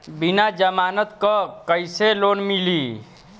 बिना जमानत क कइसे लोन मिली?